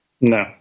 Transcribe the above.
No